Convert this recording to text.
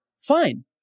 Fine